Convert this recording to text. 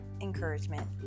encouragement